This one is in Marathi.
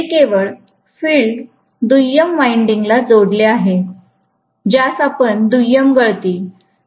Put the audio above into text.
जे केवळ फील्ड दुय्यम वायंडिंग ला जोडले आहे ज्यास आपण दुय्यम गळती म्हणतो